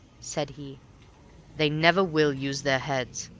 said he they never will use their heads.